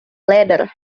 ladder